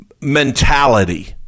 mentality